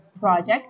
project